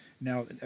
now